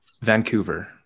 Vancouver